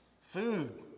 food